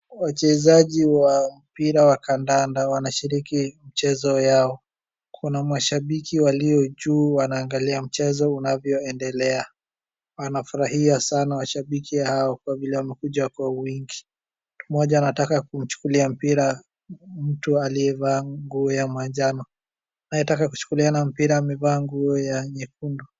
wachezaji wa mpira wa kandanda wanashiriki mchezo yao kuna mashabiki walio juu wanaangalia mchezo unavyoendelea wanafurahia sana mashabiki hao kwa vile wamekuja kwa wingi moja anataka kumchukulia mpira mtu aliyevaa nguo ya manjano anayetaka kuchukuliana mpira amevaa nguo ya nyekundu